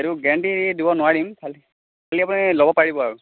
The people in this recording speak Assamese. সেইটো গেৰাণ্টি দিব নোৱাৰিম খালি আপুনি ল'ব পাৰিব আৰু